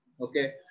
Okay